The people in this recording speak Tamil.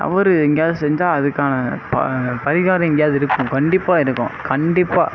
தவறு எங்கேயாவது செஞ்சால் அதுக்கான பரிகாரம் எங்கேயாவது இருக்கும் கண்டிப்பாக இருக்கும் கண்டிப்பாக